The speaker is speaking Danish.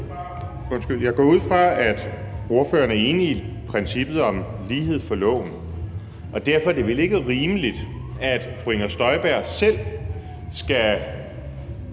Jeg går ud fra, at ordføreren er enig i princippet om lighed for loven. Og derfor er det vel ikke rimeligt, at fru Inger Støjberg selv skal